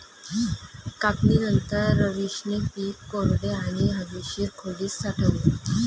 कापणीनंतर, रवीशने पीक कोरड्या आणि हवेशीर खोलीत साठवले